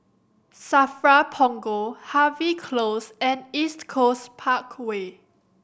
SAFRA Punggol Harvey Close and East Coast Parkway